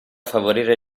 favorire